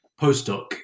postdoc